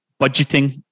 budgeting